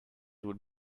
would